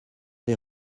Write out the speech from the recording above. des